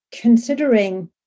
considering